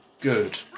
Good